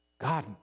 God